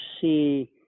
see